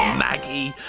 maggie.